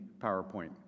PowerPoint